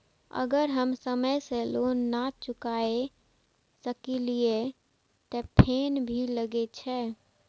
अगर हम समय से लोन ना चुकाए सकलिए ते फैन भी लगे छै?